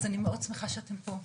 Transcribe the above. אז אני מאוד שמחה שאתם פה,